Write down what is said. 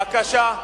בקשה,